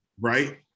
Right